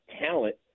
talent